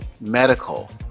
medical